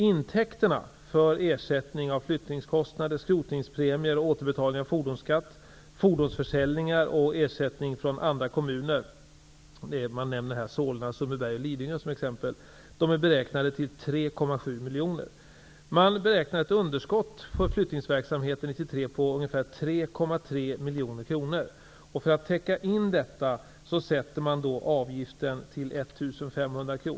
Intäkterna för ersättning av flyttningskostnader, skrotningspremier, återbetalning av fordonsskatt, fordonsförsäljningar och ersättning från andra kommuner, t.ex. Solna, Sundbyberg och Lidingö, är beräknade till 3,7 miljoner kronor. Underskottet på flyttningsverksamheten för 1993 beräknas till 3,3 miljoner kronor. För att täcka in detta sätts avgiften till 1 500 kr.